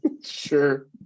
Sure